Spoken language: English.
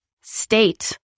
state